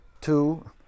two